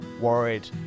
worried